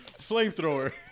Flamethrower